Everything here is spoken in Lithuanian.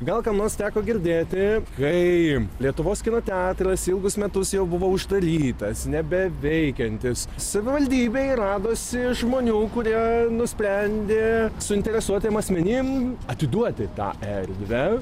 gal kam nors teko girdėti kai lietuvos kino teatras ilgus metus jau buvo uždarytas nebeveikiantis savivaldybėj radosi žmonių kurie nusprendė suinteresuotiem asmenim atiduoti tą erdvę